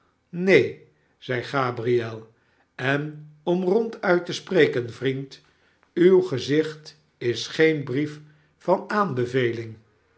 neen zeide gabriel en om ronduit te spreken vriend uw gezicht is geen brief van aanbeveling